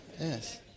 Yes